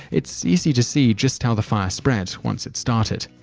it is easy to see just how the fire spread once it started.